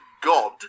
God